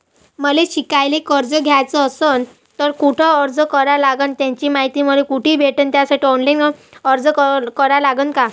मले शिकायले कर्ज घ्याच असन तर कुठ अर्ज करा लागन त्याची मायती मले कुठी भेटन त्यासाठी ऑनलाईन अर्ज करा लागन का?